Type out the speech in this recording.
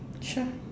sure